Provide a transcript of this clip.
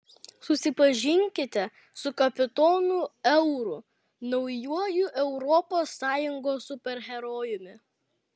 susipažinkite su kapitonu euru naujuoju europos sąjungos superherojumi